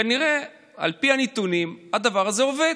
כנראה, על פי הנתונים, הדבר הזה עובד.